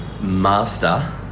master